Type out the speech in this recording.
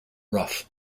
rough